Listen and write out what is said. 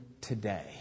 today